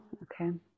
Okay